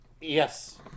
Yes